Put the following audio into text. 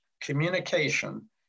communication